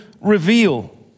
reveal